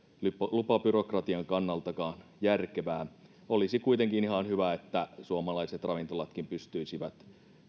lupabyrokratian kannaltakaan järkevää olisi kuitenkin ihan hyvä että suomalaiset ravintolatkin pystyisivät